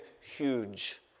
huge